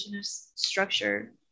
structure